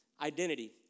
identity